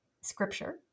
scripture